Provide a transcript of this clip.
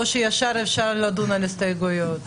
או שאפשר ישר לדון על ההסתייגויות?